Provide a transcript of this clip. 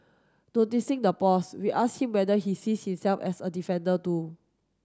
noticing the pause we asked him whether he sees himself as a defender too